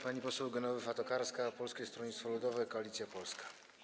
Pani poseł Genowefa Tokarska, Polskie Stronnictwo Ludowe - Koalicja Polska.